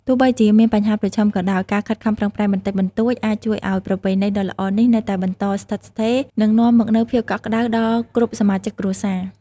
ទោះបីជាមានបញ្ហាប្រឈមក៏ដោយ ការខិតខំប្រឹងប្រែងបន្តិចបន្តួចអាចជួយឲ្យប្រពៃណីដ៏ល្អនេះនៅតែបន្តស្ថិតស្ថេរ និងនាំមកនូវភាពកក់ក្តៅដល់គ្រប់សមាជិកគ្រួសារ ។